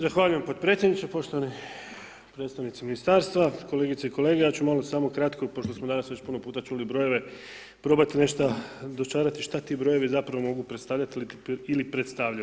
Zahvaljujem podpredsjedniče, poštovani predstavnici ministarstva, kolegice i kolege ja ću malo samo kratko pošto smo danas već puno puta čuli brojeve probati nešta dočarati šta ti brojevi zapravo mogu predstavljati ili predstavljaju.